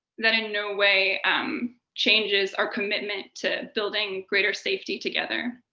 that in no way um changes our commitment to building greater safety together.